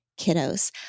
kiddos